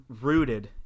rooted